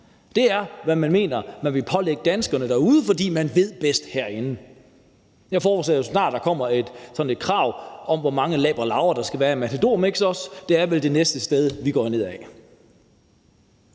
Det er, hvad man vil pålægge danskerne derude, fordi man herinde ved bedst. Jeg forudser jo snart, at der kommer et krav om, hvor mange labre larver der skal være i Matador Mix. Det er jo vel næste vej, vi går ned ad.